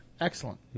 Excellent